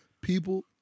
people